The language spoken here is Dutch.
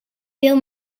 veel